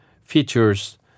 features